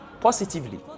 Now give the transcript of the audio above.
positively